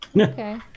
Okay